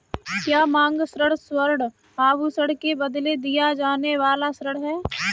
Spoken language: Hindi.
क्या मांग ऋण स्वर्ण आभूषण के बदले दिया जाने वाला ऋण है?